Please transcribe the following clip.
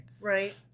Right